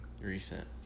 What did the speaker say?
recent